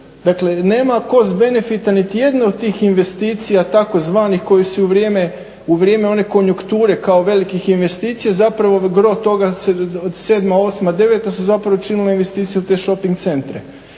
dakle cost benefita niti jedne od tih investicija tzv. koji su u vrijeme one konjunkture kao velikih investicija zapravo gro toga 7., 8., 9.su zapravo činile investicije u te šoping centre.